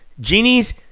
Genies